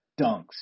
dunks